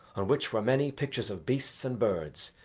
on which were many pictures of beasts and birds,